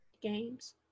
Games